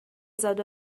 زاد